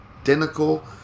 identical